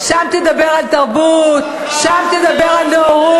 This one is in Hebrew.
הומניות, שם תדבר על תרבות, שם תדבר על נאורות.